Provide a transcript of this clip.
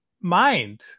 mind